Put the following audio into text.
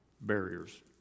barriers